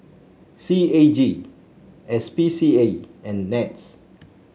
C A G S P C A and NETS